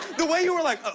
the way you were like.